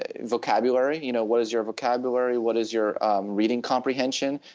ah vocabulary, you know what is your vocabulary? what is your reading comprehension?